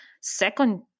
second